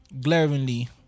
glaringly